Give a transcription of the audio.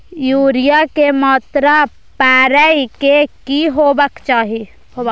Urea के मात्रा परै के की होबाक चाही?